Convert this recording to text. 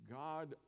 god